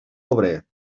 obrer